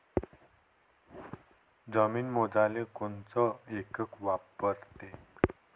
जमीन मोजाले कोनचं एकक वापरते?